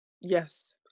Yes